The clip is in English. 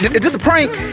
is this a prank?